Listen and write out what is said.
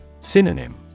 Synonym